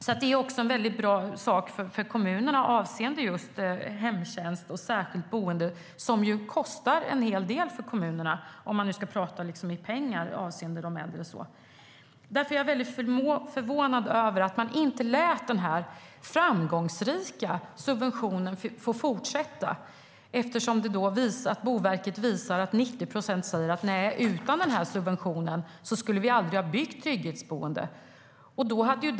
Detta är alltså en bra sak för kommunerna avseende just hemtjänst och särskilt boende, som ju kostar en hel del för kommunerna om vi nu ska prata i pengar när det gäller de äldre. Därför är jag förvånad över att man inte lät denna framgångsrika subvention fortsätta. Boverket visar att 90 procent säger att de aldrig skulle ha byggt något trygghetsboende utan subventionen.